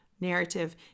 narrative